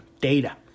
data